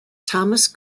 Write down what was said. thomas